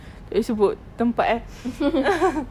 tak payah sebut tempat eh